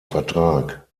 vertrag